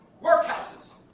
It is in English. Workhouses